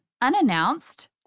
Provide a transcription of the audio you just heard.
unannounced